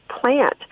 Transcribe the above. plant